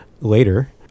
later